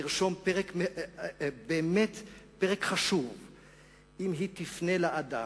לרשום פרק באמת חשוב אם היא תפנה לאדם,